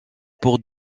pour